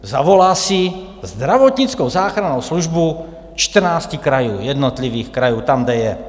Zavolá si zdravotnickou záchrannou službu čtrnácti jednotlivých krajů, tam, kde je.